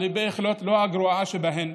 אבל היא בהחלט לא הגרועה שבהן,